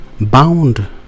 Bound